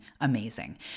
amazing